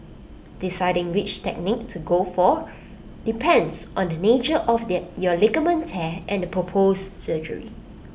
deciding which technique to go for depends on the nature of your ligament tear and the proposed surgery